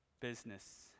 Business